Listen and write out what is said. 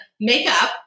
makeup